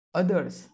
others